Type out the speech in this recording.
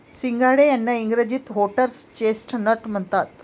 सिंघाडे यांना इंग्रजीत व्होटर्स चेस्टनट म्हणतात